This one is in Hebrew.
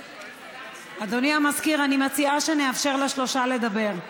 אדוני המזכיר, אני מציעה שנאפשר לשלושה לדבר.